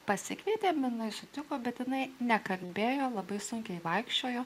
pasikvietėm jinai sutiko bet jinai nekalbėjo labai sunkiai vaikščiojo